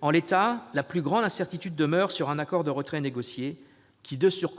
En l'état, la plus grande incertitude demeure quant à un accord de retrait négocié, d'autant